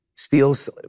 steals